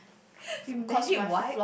with magic what